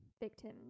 victims